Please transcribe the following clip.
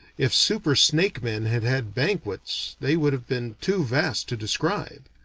if super-snake-men had had banquets they would have been too vast to describe.